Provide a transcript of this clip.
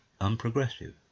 unprogressive